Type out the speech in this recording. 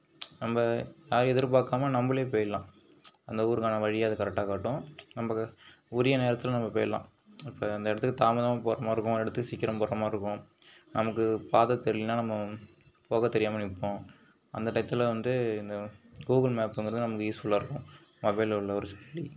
நம்ம யாரையும் எதிர்பார்க்காம நம்மளே போயிடலாம் அந்த ஊருக்கான வழியை அது கரெக்ட்டாக காட்டும் நம்ப உரிய நேரத்தில் நம்ம போயிடலாம் இப்போ அந்த இடத்துக்கு தாமதமாக போகிற மாதிரி இருக்கும் ஒரு இடத்துக்கு சீக்கிரம் போகிற மாதிரி இருக்கும் நமக்கு பாதை தெரியிலைன்னா நம்ம போக தெரியாமல் நிற்போம் அந்த டயத்தில் வந்து இந்த கூகுள் மேப் வந்து நமக்கு யூஸ்ஃபுல்லாக இருக்கும் மொபைலில் உள்ள ஒரு செயலி